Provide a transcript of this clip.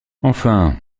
enfin